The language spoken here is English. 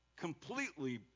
completely